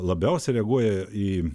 labiausiai reaguoja į